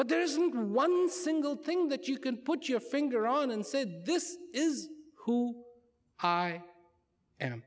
but there isn't one single thing that you can put your finger on and said this is who i am